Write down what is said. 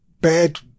Bad